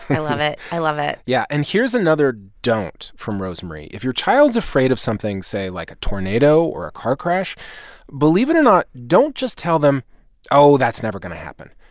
i love it. i love it yeah. and here's another don't from rosemarie. if your child's afraid of something say, like, a tornado or a car crash believe it or not, don't just tell them that's never going to happen.